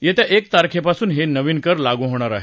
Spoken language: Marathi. येत्या एक तारखेपासून हे नवीन कर लागू होणार आहेत